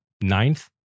ninth